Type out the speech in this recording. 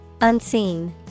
Unseen